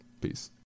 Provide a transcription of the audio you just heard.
Peace